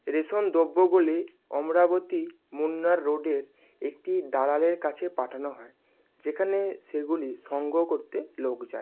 ration দ্রব্যগুলি অমরাবতী মুন্নার রোডের একটি দালালের কাছে পাঠানো হয় যেখানে সেগুলি সংগ্রহ করতে লোক যায়